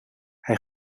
hij